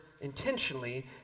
intentionally